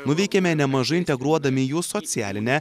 nuveikėme nemažai integruodami į jų socialinę